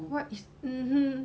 what is mmhmm